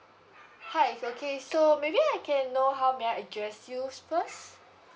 hi is okay so maybe I can know how may I address you first